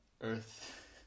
Earth